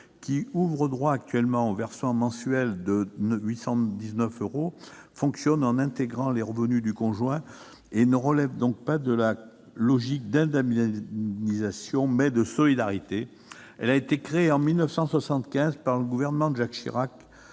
qui ouvre droit actuellement au versement mensuel d'une somme de 819 euros, fonctionne en intégrant les revenus du conjoint. Elle relève donc non pas d'une logique d'indemnisation, mais d'une logique de solidarité. Elle a été créée en 1975 par le gouvernement de Jacques Chirac.